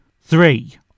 Three